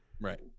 Right